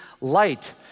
light